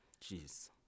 Jeez